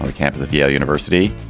ah campus of yale university.